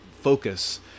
focus